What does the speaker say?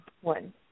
one